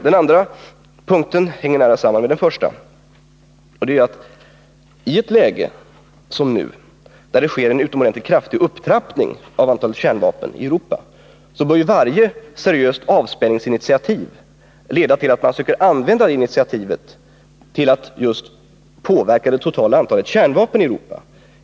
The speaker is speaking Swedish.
Den andra punkten, som hänger nära samman med den första, är att varje seriöst avspänningsinitiativ — i ett läge där det, som nu, sker en utomordentligt kraftig upptrappning av antalet kärnvapen i Europa — används för att påverka det totala antalet kärnvapen i Europa.